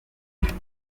benshi